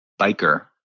biker